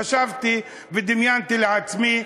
חשבתי ודמיינתי לעצמי,